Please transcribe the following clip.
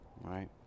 Right